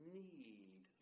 need